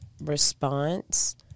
response